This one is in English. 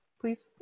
please